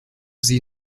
sie